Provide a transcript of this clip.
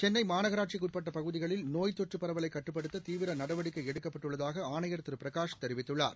சென்னை மாநகராட்சிக்கு உட்பட்ட பகுதிகளில் நோய் தொற்று பரவலை கட்டுப்படுத்த தீவிர நடவடிக்கை எடுக்கப்பட்டுள்ளதாக ஆணையர் திரு பிரகாஷ் தெரிவித்துள்ளார்